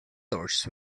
torches